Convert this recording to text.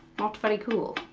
not very cool.